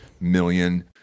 million